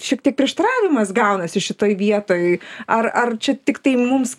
šiek tiek prieštaravimas gaunasi šitoj vietoj ar ar čia tiktai mums